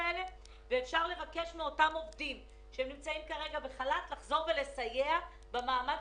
אפשר לבקש מאותם עובדים שנמצאים כרגע בחל"ת לחזור ולסייע במאמץ.